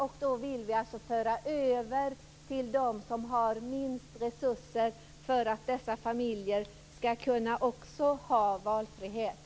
Vi vill föra över till dem som har minst resurser för att dessa familjer också skall kunna ha valfrihet.